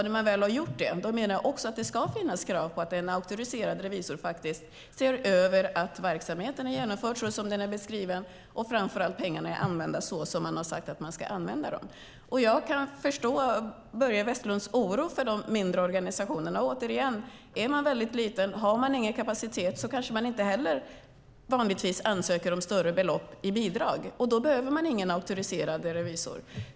När man väl har gjort det ska det finnas krav på att en auktoriserad revisor ser över att verksamheten har genomförts så som den är beskriven och framför allt att pengarna är använda så som man har sagt att man ska använda dem. Jag kan förstå Börje Vestlunds oro för de mindre organisationerna. Återigen: Om man är väldigt liten och inte har någon kapacitet kanske man inte heller vanligtvis ansöker om större belopp i bidrag, och då behöver man ingen auktoriserad revisor.